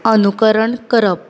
अनुकरण करप